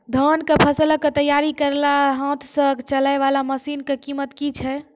धान कऽ फसल कऽ तैयारी करेला हाथ सऽ चलाय वाला मसीन कऽ कीमत की छै?